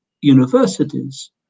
universities